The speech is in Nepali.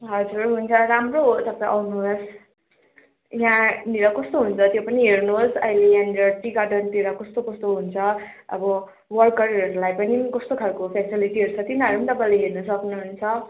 हजुर हुन्छ राम्रो हो तपाईँ आउनु होस् यहाँनेर कस्तो हुन्छ त्यो पनि हेर्नु होस् अहिले यहाँनेर टी गार्डनतिर कस्तो कस्तो हुन्छ अब वर्करहरूलाई पनि कस्तो खाले फेसिलिटिहरू छ तिनीहरू तपाईँहरूले हेर्न सक्नु हुन्छ